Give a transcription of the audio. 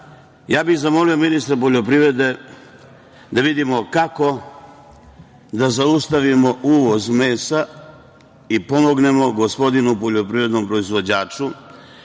bih zamolio ministra poljoprivrede da vidimo kako da zaustavimo uvoz mesa i pomognemo gospodinu poljoprivrednom proizvođaču,